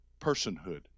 personhood